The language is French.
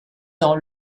dans